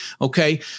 okay